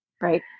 right